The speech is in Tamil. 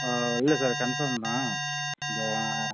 இல்லை சார் கன்ஃபார்ம் தான் இந்த